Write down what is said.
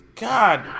God